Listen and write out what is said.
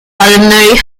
pulmonary